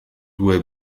due